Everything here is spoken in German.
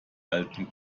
halten